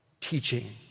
teaching